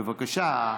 בבקשה.